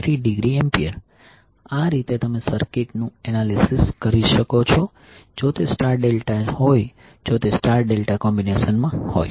43°A આ રીતે તમે સર્કિટનું એનાલિસીસ કરી શકો છો જો તે સ્ટાર ડેલ્ટા હોય જો તે સ્ટાર ડેલ્ટા કોમ્બીનેશનમાં હોય